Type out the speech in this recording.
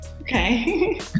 Okay